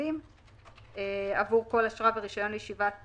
ובסוף זה מתגלגל להורים שלנו ולאוכלוסייה הבוגרות,